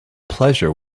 pleasure